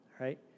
right